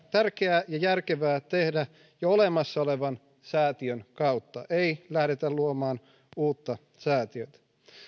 tärkeää ja järkevää tehdä jo olemassa olevan säätiön kautta ei lähdetä luomaan uutta säätiötä